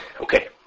Okay